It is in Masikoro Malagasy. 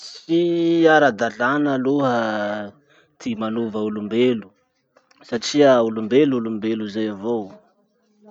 Tsy ara-dalàna aloha ty manova olombelo satria olombelo olombelo zay avao.